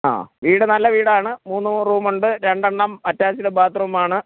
ആ വീട് നല്ല വീടാണ് മൂന്ന് റൂമ് ഉണ്ട് രണ്ടെണ്ണം അറ്റാച്ച്ഡ് ബാത്റൂമ് ആണ്